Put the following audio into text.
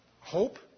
hope